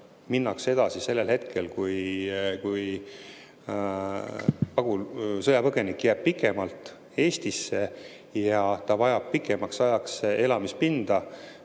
minnakse edasi siis, kui sõjapõgenik jääb pikemalt Eestisse ja ta vajab pikemaks ajaks elamispinda,